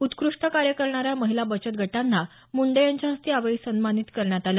उत्कृष्ट कार्य करणाऱ्या महिला बचत गटांना मुंडे यांच्या हस्ते यावेळी सन्मानित करण्यात आलं